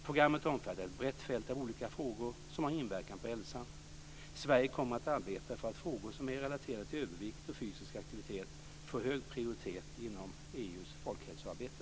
Programmet omfattar ett brett fält av olika frågor som har inverkan på hälsan. Sverige kommer att arbeta för att frågor som är relaterade till övervikt och fysisk aktivitet får hög prioritet inom EU:s folkhälsoarbete.